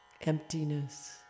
emptiness